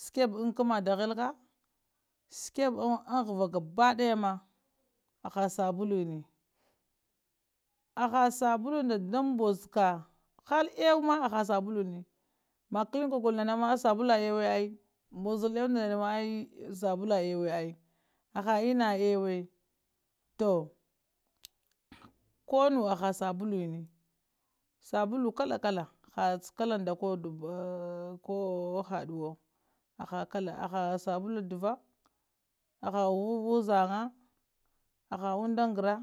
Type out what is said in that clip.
Shakebe ŋ kəma dabelha shakebe aŋ ghəwah gabaɗaya ma haha sabulunin haha sabulu nda mbozaka han ewe ma haha sabulini maklin kage lo nama sabulua har ewyima haha sabulini macklin kago lo nama sabulua har eweyima haha sabulini macklin kagolowoma sabuluwa ewe ai haha inna swe toh, koh nuwa haha sabuluni, sabulu kala, kala ha kala nda koh haduwo, aha kala aha sabulu ɗiva, aha ghuvu uzangah, aha unda ngara,